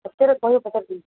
ସତରେ କହିବ ପଚାରୁଛନ୍ତି